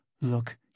Look